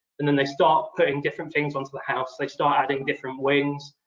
and then they start putting different things onto the house. they start adding different wings.